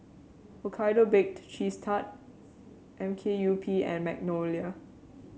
Hokkaido Baked Cheese Tart M K U P and Magnolia